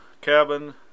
cabin